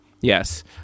Yes